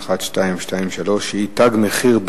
שאילתא מס' 1223: "תג מחיר"